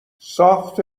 ساخت